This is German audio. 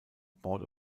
board